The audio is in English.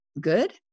good